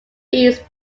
east